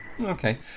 Okay